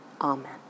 Amen